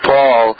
Paul